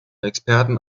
experten